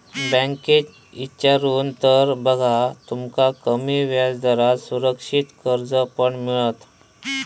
बँकेत इचारून तर बघा, तुमका कमी व्याजदरात सुरक्षित कर्ज पण मिळात